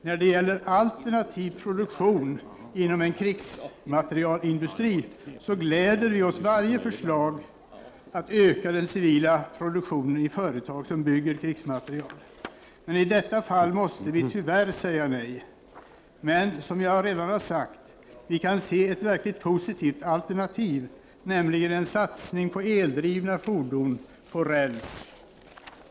När det gäller alternativ produktion så gläder vi oss åt varje förslag att öka den civila produktionen i företag som bygger krigsmateriel, men i detta fall måste vi tyvärr säga nej. Men som jag redan sagt kan vi se ett verkligt positivt alternativ, nämligen en satsning på eldrivna fordon på räls.